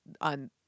on